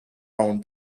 own